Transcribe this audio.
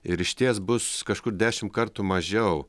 ir išties bus kažkur dešim kartų mažiau